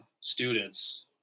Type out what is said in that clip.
students